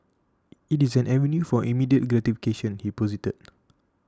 it is an avenue for immediate gratification he posited